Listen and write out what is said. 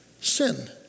sin